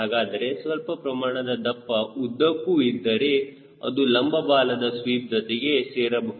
ಹಾಗಾದರೆ ಸ್ವಲ್ಪ ಪ್ರಮಾಣದ ದಪ್ಪ ಉದ್ದಕ್ಕೂ ಇದ್ದರೆ ಅದು ಲಂಬ ಬಾಲದ ಸ್ವೀಪ್ ಜೊತೆಗೆ ಸೇರಬಹುದು